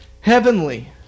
heavenly